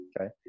Okay